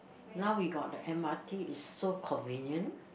now we got the M_R_T is so convenient